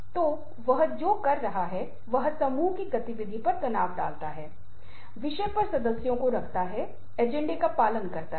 उस पर मेरी प्रतिक्रिया यह होगी कि जब हम अशाब्दिक संचार में आते हैं तो मौखिक संचार की तरह ही अशाब्दिक संचार में इच्छा प्रवृत्ति भी काम आती है और सम्पूर्ण शरीर के माध्यम से संवाद करने की सहज इच्छा होती है